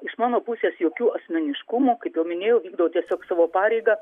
iš mano pusės jokių asmeniškumų kaip jau minėjau vykdau tiesiog savo pareigą